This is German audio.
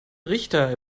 richter